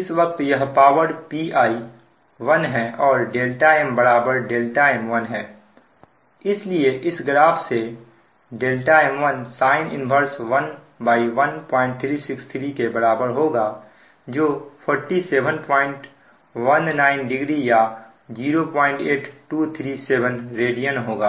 इस वक्त यह पावर Pi 1 है और δm m1 है इसलिए इस ग्राफ से m1 sin 111363के बराबर होगा जो 47190 या 08 237 रेडियन होगा